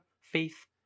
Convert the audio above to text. faith